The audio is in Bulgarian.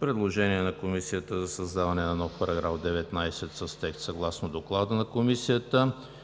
предложение на Комисията за създаване на нов § 19 с текст съгласно Доклада на Комисията